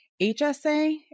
HSA